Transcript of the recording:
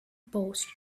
paused